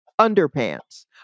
underpants